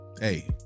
hey